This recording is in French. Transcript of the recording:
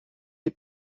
est